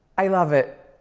i love it,